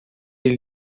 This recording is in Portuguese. ele